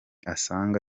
asanga